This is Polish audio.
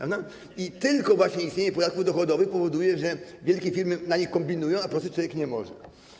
I tylko właśnie istnienie podatków dochodowych powoduje, że wielkie firmy z nimi kombinują, a prosty człowiek nie może.